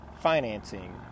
financing